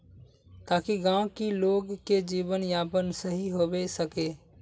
ताकि गाँव की लोग के जीवन यापन सही होबे सके?